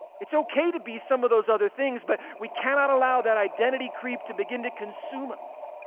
it's okay to be some of those other things, but we cannot allow that identity creep to begin to consume us.